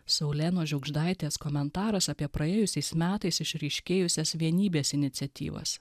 saulėnos žiugždaitės komentaras apie praėjusiais metais išryškėjusias vienybės iniciatyvas